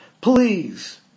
Please